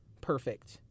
perfect